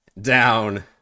down